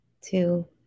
two